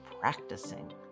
practicing